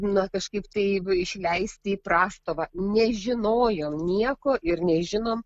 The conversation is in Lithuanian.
na kažkaip tai išleisti į prastovą nežinojom nieko ir nežinom